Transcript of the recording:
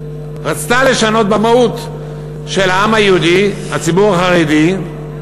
רצתה לשנות במהות של העם היהודי, הציבור החרדי,